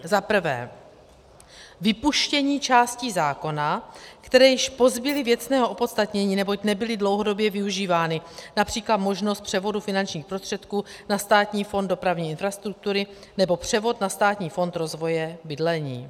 1. vypuštění částí zákona, které již pozbyly věcného opodstatnění, neboť nebyly dlouhodobě využívány, např. možnost převodu finančních prostředků na Státní fond dopravní infrastruktury nebo převod na Státní fond rozvoje bydlení.